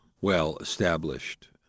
well-established